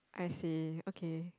I see okay